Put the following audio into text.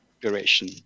duration